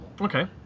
Okay